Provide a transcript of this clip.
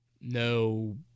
no